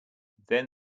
then